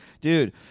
Dude